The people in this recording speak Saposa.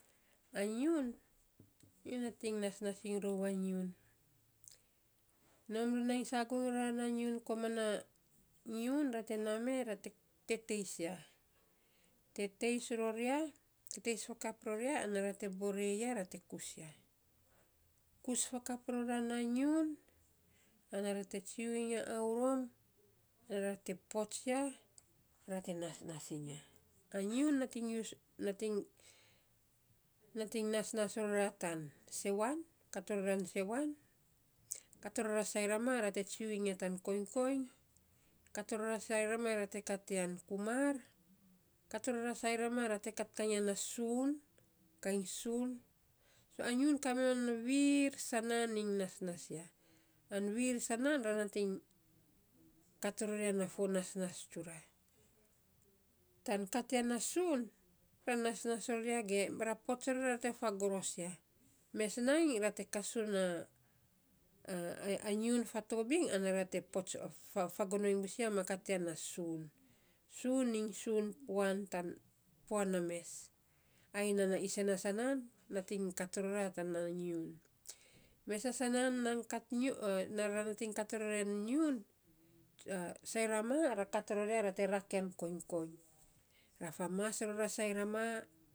A nyiun, nyo nating nasnas iny rou a nyiun nai sagoing rora na nyiun, koman a nyiun, ra te naa mee, ra te teteis ya, teis ror ya, teteis fakap ror ya, ana ra te bore ya, ra te kus ya. Kus fakap rora na nyiun. ana ra te tsue iny a aurom ra te pots ya, ra te nasnas iny ya. A nyiu nasnas ror ya tan sewan, nating kat ror yan sewan. Kat ror a sairama ra te tsui iny ya tan koiny koiny. Kat ror a sairama te kat yan kumar. Kat ror sairama ra te kat kainy ya na suun kainy suun. So a nyiun kaminon viir sanaan iny nasnas ya. An viir sanaan ra nating kat ror ya na fo nasnas tsura. Tan kat ya na suun, ra nasnas ror ya ge ra pots ror ya, ra te fagoros ya. Mes nainy ra te kasuun nyiun fatobing ana ra te pots fagonoiny bus ya ma kat ya na suun. Suun iny suun puan tana puan na mes ai nana isen na sanaan nating kat ror tana nyiun. Mesa sanaan nan kat nyiun a sairama ra kat ror ya ra te rak yan koiny koiny, ra famaas ror a sairama.